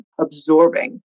absorbing